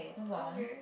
okay